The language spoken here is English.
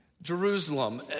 Jerusalem